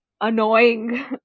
annoying